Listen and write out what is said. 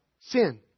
sin